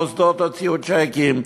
מוסדות הוציאו צ'קים,